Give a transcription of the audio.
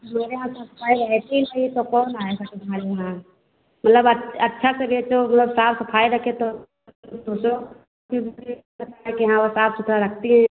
तुम्हारे यहाँ सफाई रहती ही नहीं तो कौन आएगा तुम्हारे यहाँ मतलब अच्छा अच्छे से रहते हो मतलब साफ सफाई रखे तो सोंचो कि हाँ वह साफ सुथरा रखती हैं